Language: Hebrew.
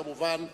כמובן,